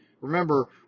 Remember